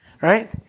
Right